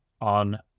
on